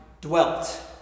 dwelt